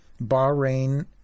Bahrain